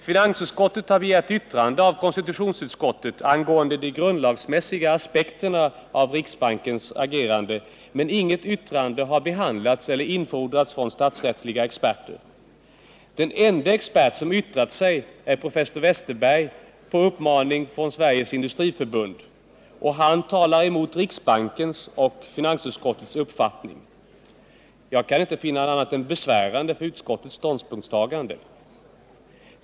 Finansutskottet har begärt yttrande av konstitutionsutskottet angående de grundlagsmässiga aspekterna på riksbankens agerande, men inget yttrande har behandlats eller infordrats från statsrättsliga experter. Den enda expert som yttrat sig är professor Ole Westerberg på uppmaning av Sveriges industriförbund, och han talar emot riksbankens och finansutskottets uppfattning. Jag kan inte finna det annat än besvärande för utskottets ståndpunktstagande.